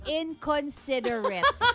inconsiderate